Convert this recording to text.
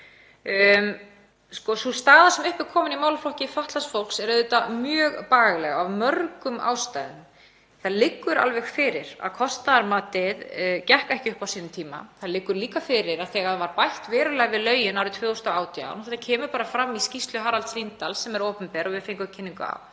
Sú staða sem upp er komin í málaflokki fatlaðs fólks er auðvitað mjög bagaleg af mörgum ástæðum. Það liggur alveg fyrir að kostnaðarmatið gekk ekki upp á sínum tíma. Það liggur líka fyrir að þegar bætt var verulega við lögin árið 2018 — þetta kemur fram í skýrslu Haraldar Líndals, sem er opinber og við fengum kynningu á